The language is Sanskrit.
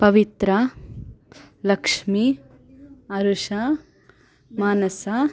पवित्रा लक्ष्मी अरुषा मानसा